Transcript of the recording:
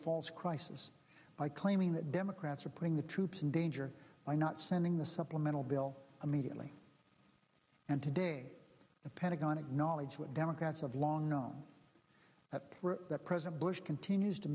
false crisis by claiming that democrats are putting the troops in danger by not sending the supplemental bill immediately and today the pentagon acknowledge what democrats have long known that president bush continues to